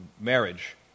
marriage